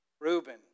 Reuben